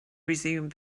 resume